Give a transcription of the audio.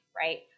right